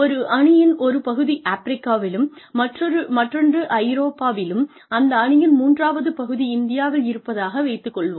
ஒரு அணியின் ஒரு பகுதி ஆப்பிரிக்காவிலும் மற்றொன்று ஐரோப்பாவிலும் அந்த அணியின் மூன்றாவது பகுதி இந்தியாவில் இருப்பதாக வைத்துக் கொள்வோம்